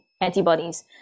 antibodies